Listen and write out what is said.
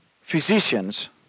physicians